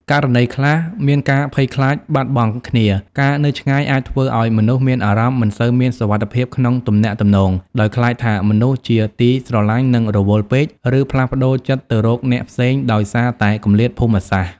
ក្នុងករណីខ្លះ មានការភ័យខ្លាចបាត់បង់គ្នា ការនៅឆ្ងាយអាចធ្វើឱ្យមនុស្សមានអារម្មណ៍មិនសូវមានសុវត្ថិភាពក្នុងទំនាក់ទំនង ដោយខ្លាចថាមនុស្សជាទីស្រឡាញ់នឹងរវល់ពេក ឬផ្លាស់ប្តូរចិត្តទៅរកអ្នកផ្សេងដោយសារតែគម្លាតភូមិសាស្ត្រ។